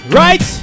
right